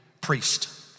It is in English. priest